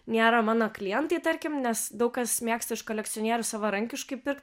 nėra mano klientai tarkim nes daug kas mėgsta iš kolekcionierių savarankiškai pirkt